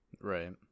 right